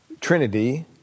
Trinity